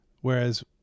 Whereas